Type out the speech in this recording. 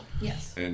Yes